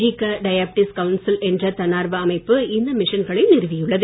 G க diabetes council என்ற தன்னார்வ அமைப்பு இந்த மிஷன்களை நிறுவியுள்ளது